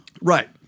Right